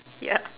ya